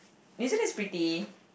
New Zealand is pretty